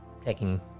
Taking